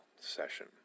session